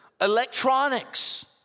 Electronics